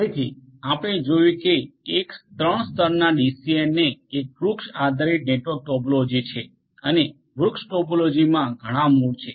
તેથી આપણે જોયું છે કે એક ત્રણ સ્તરના ડીસીએનને એક ટ્રી આધારિત નેટવર્ક ટોપોલોજી છે અને ટ્રી ટોપોલોજીમાં ઘણા મૂળ છે